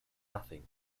nothing